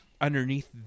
underneath